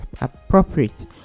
appropriate